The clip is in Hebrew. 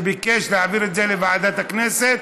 שביקש להעביר את זה לוועדת הכנסת,